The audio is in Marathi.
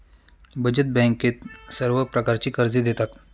बचत बँकेत सर्व प्रकारची कर्जे देतात